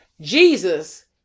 jesus